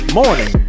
morning